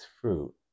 fruit